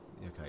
okay